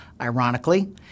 Ironically